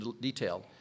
detailed